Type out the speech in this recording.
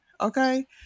Okay